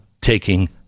taking